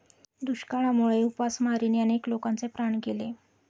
दुष्काळामुळे उपासमारीने अनेक लोकांचे प्राण गेले